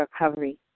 recovery